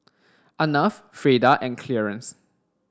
Arnav Freida and Clearence